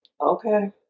Okay